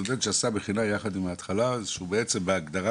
סטודנט שעשה מכינה יחד עם ההתחלה שהוא בעצם בהגדרה